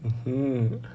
mmhmm